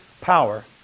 power